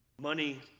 Money